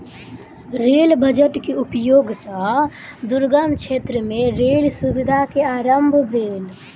rail budget के उपयोग सॅ दुर्गम क्षेत्र मे रेल सुविधा के आरम्भ भेल